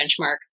benchmark